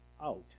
out